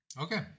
Okay